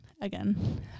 again